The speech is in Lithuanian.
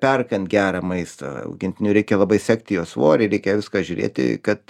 perkant gerą maistą augintiniui reikia labai sekti jo svorį reikia viską žiūrėti kad